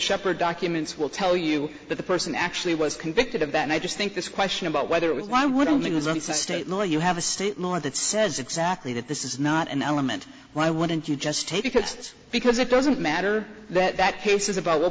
shepherd documents will tell you that the person actually was convicted of that and i just think this question about whether it was one i would only resent state law you have a state law that says exactly that this is not an element why wouldn't you just take it just because it doesn't matter that that case is about what